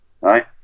right